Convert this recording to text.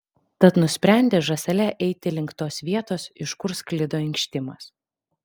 tad nusprendė žąsele eiti link tos vietos iš kur sklido inkštimas